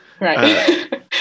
Right